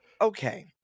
okay